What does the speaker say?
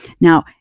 Now